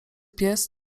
pies